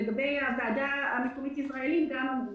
לגבי הוועדה המקומית יזרעאלים גם אמרו